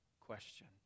question